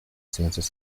ciencias